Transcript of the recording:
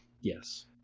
Yes